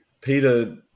Peter